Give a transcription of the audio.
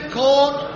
court